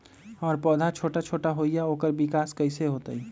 हमर पौधा छोटा छोटा होईया ओकर विकास कईसे होतई?